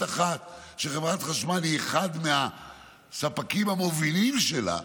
אחת שחברת חשמל היא אחד מהספקים המובילים שלה,